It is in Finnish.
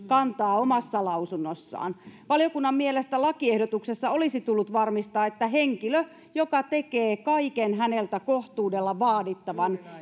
kantaa omassa lausunnossaan valiokunnan mielestä lakiehdotuksessa olisi tullut varmistaa että henkilö joka tekee kaiken häneltä kohtuudella vaadittavan